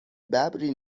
ببری